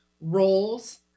roles